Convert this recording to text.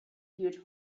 huge